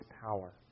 power